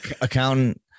accountant